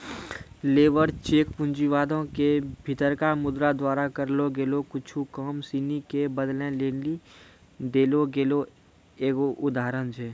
labour check पूँजीवादो के भीतरका मुद्रा द्वारा करलो गेलो कुछु काम सिनी के बदलै लेली देलो गेलो एगो उपकरण छै